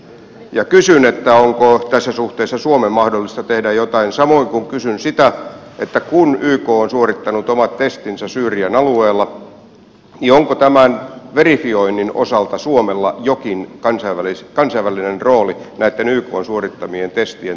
kysyn että onko tässä suhteessa suomen mahdollista tehdä jotain samoin kuin kysyn sitä että kun yk on suorittanut omat testinsä syyrian alueella niin onko tämän verifioinnin osalta suomella jokin kansainvälinen rooli näitten ykn suorittamien testien todentamisessa